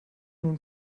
nun